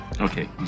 Okay